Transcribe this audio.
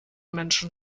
menschen